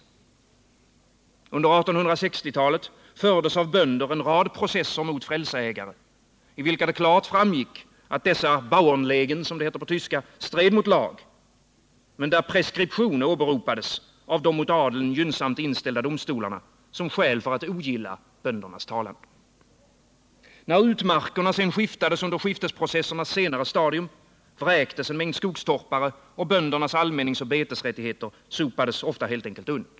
Under 1860-talet fördes av bönder en rad processer mot frälseägare, i vilka det klart framgick att dessa ”Bauernlegen” , som det heter på tyska, stred mot lag men där preskription åberopades av de mot adeln gynnsamt inställda domstolarna som skäl för att ogilla böndernas talan. När utmarkerna skiftades under skiftesprocessernas senare stadium, vräktes en mängd skogstorpare, och böndernas allmänningsoch betesrätter sopades ofta helt enkelt undan.